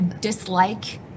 dislike